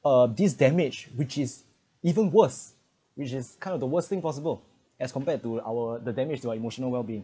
uh this damage which is even worse which is kind of the worst thing possible as compared to our the damage to our emotional wellbeing